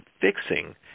fixing